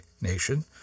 Nation